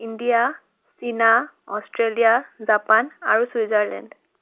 India চীনা Australia Japan আৰু Switzerland